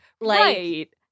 right